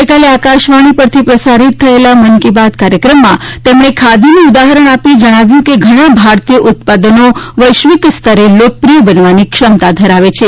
ગઈકાલે આકાશવાણી પરથી પ્રસારિત થયેલ મન કી બાત કાર્યક્રમમાં તેમણે ખાદીનું ઉદાહરણ આપીને જણાવ્યું હતું કે ઘણા ભારતીય ઉત્પાદનો વૈશ્વિક સ્તરે લોકપ્રિય બનવાની ક્ષમતા ધરાવે છે